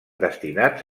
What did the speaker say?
destinats